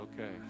Okay